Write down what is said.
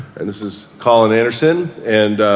and this is collin anderson. and